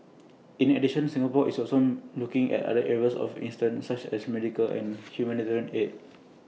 in addition Singapore is also looking at other areas of assistance such as medical and humanitarian aid